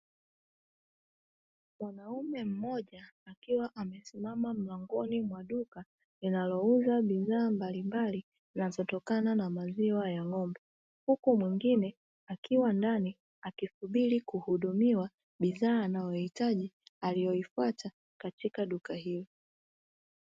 Mwanaume mmoja akiwa amesimama mlangoni mwa duka linalouza bidhaa mbalimbali zinazotokana na maziwa ya ng'ombe, huku mwingine akiwa ndani akisubiri kuhudumiwa bidhaa anayohitaji aliyoifuata katika duka hilo.